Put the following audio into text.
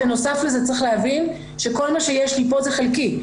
בנוסף לזה צריך להבין שכל מה שיש לי פה זה חלקי.